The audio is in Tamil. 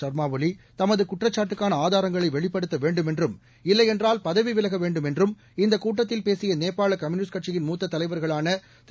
சர்மா ஒலி தமது குற்றச்சாட்டுக்கான ஆதாரங்களை வெளிப்படுத்த வேண்டும் என்றும் இல்லையென்றால் பதவி விலக வேண்டும் என்றும் இந்தக் கூட்டத்தில் பேசிய நேபாள கம்யூனிஸ்ட் கட்சியின் மூத்த தலைவர்களான திரு